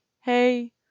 hey